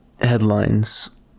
headlines